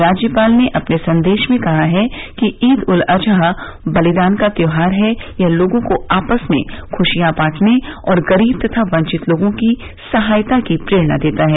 राज्यपाल ने अपने संदेश में कहा है कि ईद उल अजहा बलिदान का त्यौहार है यह लोगों को आपस में खुशियां बांटने और गरीब तथा वंचित लोगों की सहायता की प्रेरणा देता है